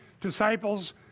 Disciples